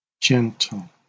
gentle